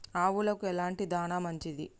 ఆవులకు ఎలాంటి దాణా మంచిది?